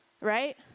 Right